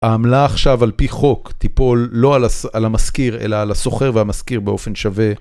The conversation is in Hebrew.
העמלה עכשיו על פי חוק תיפול, לא על המשכיר, אלא על השוכר והמשכיר באופן שווה.